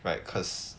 like cause